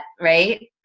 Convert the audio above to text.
right